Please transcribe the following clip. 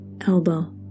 elbow